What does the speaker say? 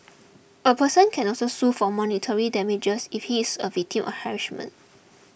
a person can also sue for monetary damages if he is a victim of harassment